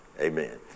Amen